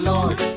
Lord